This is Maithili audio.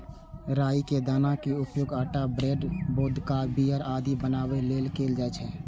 राइ के दाना के उपयोग आटा, ब्रेड, वोदका, बीयर आदि बनाबै लेल कैल जाइ छै